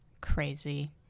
crazy